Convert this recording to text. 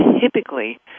typically